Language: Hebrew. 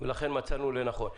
ולכן מצאנו לנכון.